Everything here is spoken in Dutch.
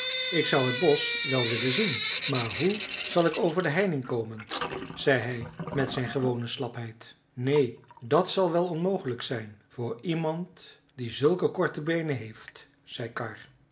ik zou het bosch wel willen zien maar hoe zal ik over de heining komen zei hij met zijn gewone slapheid neen dat zal wel onmogelijk zijn voor iemand die zulke korte beenen heeft zei karr